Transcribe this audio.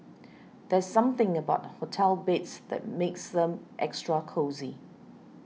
there's something about hotel beds that makes them extra cosy